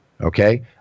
Okay